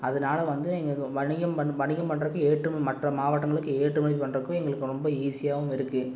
அதனால வந்து எங்கள் வணிகம் பண் வணிகம் பண்றதுக்கு ஏற்றும மற்ற மாவட்டங்களுக்கு ஏற்றுமதி பண்றதுக்கும் எங்களுக்கு ரொம்ப ஈஸியாகவும் இருக்குது